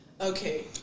Okay